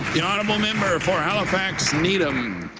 the honourable member for halifax needham.